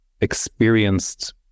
experienced